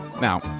Now